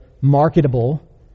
marketable